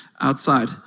outside